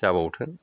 जाबावथों